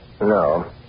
No